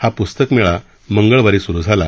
हा पुस्तक मेळा मंगळवारी सुरू झाला